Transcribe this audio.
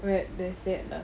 where there's that lah